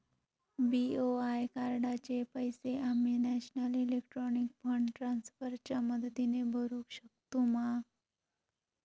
BOI कार्डाचे पैसे आम्ही नेशनल इलेक्ट्रॉनिक फंड ट्रान्स्फर च्या मदतीने भरुक शकतू मा?